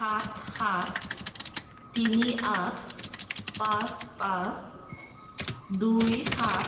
সাত সাত তিনি আঠ পাঁচ পাঁচ দুই সাত